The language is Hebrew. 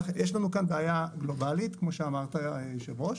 יש לנו כאן בעיה גלובלית, כמו שאמרת, היושב-ראש.